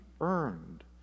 earned